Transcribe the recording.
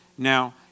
Now